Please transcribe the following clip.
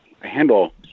handle